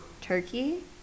turkey